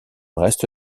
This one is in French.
reste